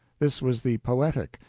this was the poetic,